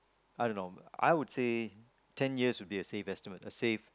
I don't know I would say ten years would be a safe estimate a safe